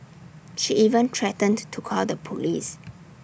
she even threatened to call the Police